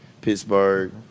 Pittsburgh